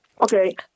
Okay